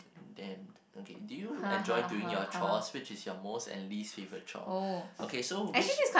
damned okay do you enjoy doing your chores which is your most and least favourite chore okay so which